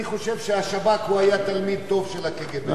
אני חושב שהשב"כ היה תלמיד טוב של הקג"ב.